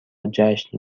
جشن